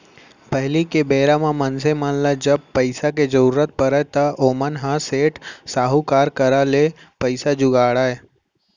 पहिली के बेरा म मनसे मन ल जब पइसा के जरुरत परय त ओमन ह सेठ, साहूकार करा ले पइसा जुगाड़य